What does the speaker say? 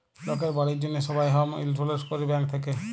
লকের বাড়ির জ্যনহে সবাই হম ইলসুরেলস ক্যরে ব্যাংক থ্যাকে